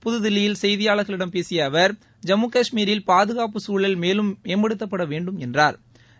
புதுதில்லியில் செய்தியாளர்களிடம் பேசிய அவர் ஜம்மு கஷ்மீரில் பாதுகாப்பு சசூழல் மேலும் மேம்படுத்தப்பட வேண்டும் என்றாா்